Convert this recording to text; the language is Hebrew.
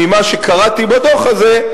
ממה שקראתי בדוח הזה,